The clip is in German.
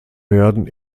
werden